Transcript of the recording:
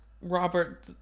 Robert